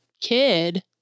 kid